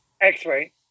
X-ray